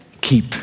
keep